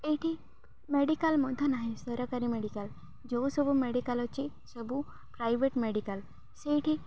ଏଇଠି ମେଡ଼ିକାଲ ମଧ୍ୟ ନାହିଁ ସରକାରୀ ମେଡ଼ିକାଲ ଯେଉଁ ସବୁ ମେଡ଼ିକାଲ ଅଛି ସବୁ ପ୍ରାଇଭେଟ ମେଡ଼ିକାଲ ସେଇଠି